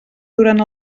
durant